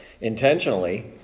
intentionally